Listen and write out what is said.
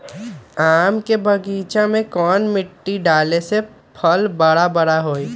आम के बगीचा में कौन मिट्टी डाले से फल बारा बारा होई?